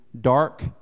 dark